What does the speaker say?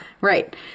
Right